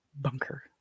bunker